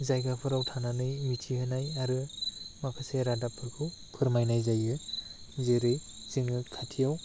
जायगाफोराव थानानै मिथिहोनाय आरो माखासे रादाबफोरखौ फोरमायनाय जायो जेरै जोङो खाथियाव